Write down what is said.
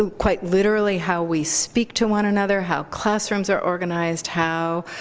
ah quite literally, how we speak to one another, how classrooms are organized, how